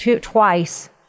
twice